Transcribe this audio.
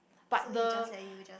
so he just let you just